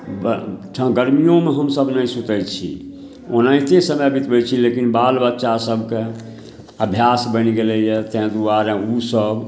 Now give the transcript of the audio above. ब ठ गरमिओमे हमसभ नहि सुतै छी ओनाहिते समय बितबै छी लेकिन बालबच्चासभकेँ अभ्यास बनि गेलैए ताहि दुआरे ओसभ